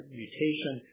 mutation